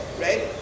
right